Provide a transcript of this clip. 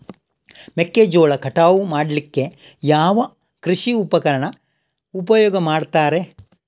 ಮೆಕ್ಕೆಜೋಳ ಕಟಾವು ಮಾಡ್ಲಿಕ್ಕೆ ಯಾವ ಕೃಷಿ ಉಪಕರಣ ಉಪಯೋಗ ಮಾಡ್ತಾರೆ?